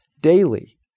daily